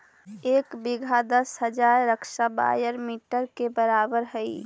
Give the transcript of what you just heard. एक बीघा दस हजार स्क्वायर मीटर के बराबर हई